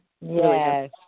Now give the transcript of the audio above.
yes